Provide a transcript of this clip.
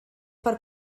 per